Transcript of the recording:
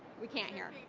we can't hear.